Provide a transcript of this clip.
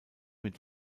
mit